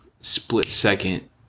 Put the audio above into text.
split-second